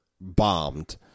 bombed